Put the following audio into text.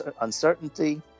uncertainty